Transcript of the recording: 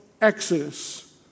Exodus